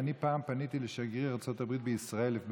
אני פעם פניתי לשגריר ארצות הברית בישראל,